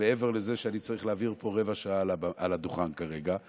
מעבר לזה שאני צריך להעביר פה רבע שעה על הדוכן כרגע,